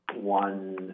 one